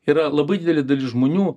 yra labai didelė dalis žmonių